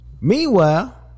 Meanwhile